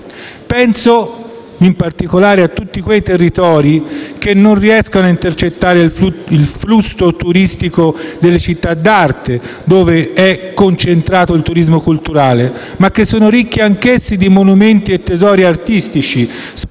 Penso, in particolare, a tutti quei territori che non riescono ad intercettare il flusso turistico delle città d'arte, dove è concentrato il turismo culturale, ma che sono ricchi anch'essi di monumenti e tesori artistici, spesso